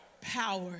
power